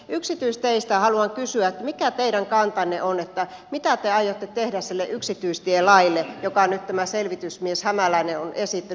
yksityisteistä haluan kysyä mikä teidän kantanne on mitä te aiotte tehdä sille yksityistielaille jota on nyt tämä selvitysmies hämäläinen esittänyt